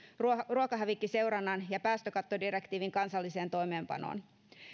ruokahävikkiseurannan ja päästökattodirektiivin kansalliseen toimeenpanoon